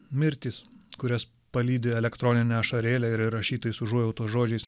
mirtys kurias palydi elektronine ašarėle ir įrašytais užuojautos žodžiais